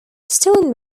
stone